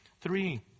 three